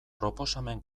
proposamen